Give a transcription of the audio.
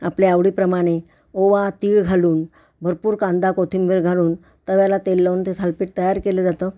आपल्या आवडीप्रमाणे ओवा तिळ घालून भरपूर कांदा कोथिंबीर घालून तव्याला तेल लावून ते थालीपीट तयार केलं जातं